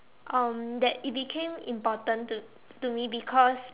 um that it became important to to me because